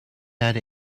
had